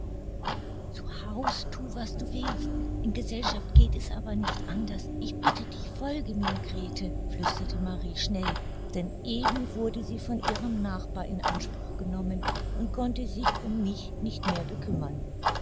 zu haus thu was du willst in gesellschaft geht es aber nicht anders ich bitte dich folge mir grete flüsterte marie schnell denn eben wurde sie von ihrem nachbar in anspruch genommen und konnte sich um mich nicht mehr bekümmern